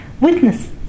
Witness